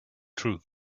true